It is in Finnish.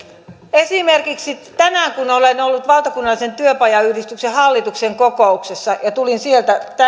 esimerkiksi tänään olen ollut valtakunnallisen työpajayhdistyksen hallituksen kokouksessa tulin sieltä